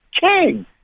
King